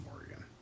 Oregon